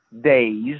days